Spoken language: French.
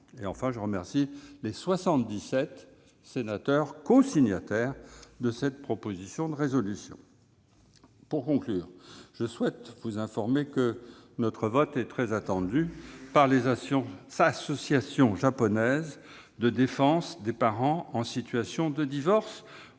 enfin de remercier mes soixante-dix-sept collègues cosignataires de cette proposition de résolution. Pour conclure, je souhaite vous informer que notre vote est très attendu par les associations japonaises de défense des parents en situation de divorce